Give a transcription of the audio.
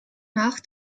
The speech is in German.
nach